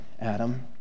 Adam